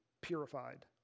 purified